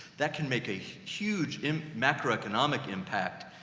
that can make a huge im macroeconomic impact,